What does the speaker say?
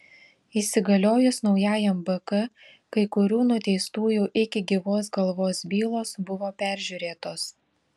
įsigaliojus naujajam bk kai kurių nuteistųjų iki gyvos galvos bylos buvo peržiūrėtos